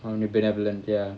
அவன்:avan benevolent ya